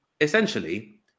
essentially